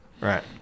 right